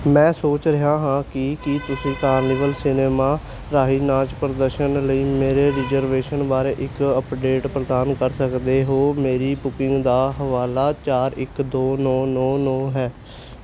ਮੈਂ ਸੋਚ ਰਿਹਾ ਹਾਂ ਕਿ ਕੀ ਤੁਸੀਂ ਕਾਰਨੀਵਲ ਸਿਨੇਮਾ ਰਾਹੀਂ ਨਾਚ ਪ੍ਰਦਰਸ਼ਨ ਲਈ ਮੇਰੇ ਰਿਜ਼ਰਵੇਸ਼ਨ ਬਾਰੇ ਇੱਕ ਅਪਡੇਟ ਪ੍ਰਦਾਨ ਕਰ ਸਕਦੇ ਹੋ ਮੇਰੀ ਬੁਕਿੰਗ ਦਾ ਹਵਾਲਾ ਚਾਰ ਇੱਕ ਦੋ ਦੋ ਨੌ ਨੌ ਨੌ ਹੈ